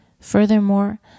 Furthermore